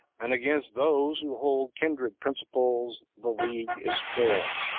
and against those who hold kindred principles, the league is formed.